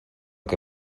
que